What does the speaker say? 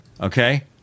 okay